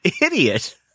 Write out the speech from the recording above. idiot